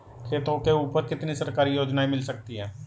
खेतों के ऊपर कितनी सरकारी योजनाएं मिल सकती हैं?